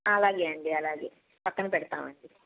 అలాగే అండి అలాగే పక్కన పెడతామండి